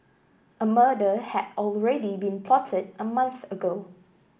a murder had already been plotted a month ago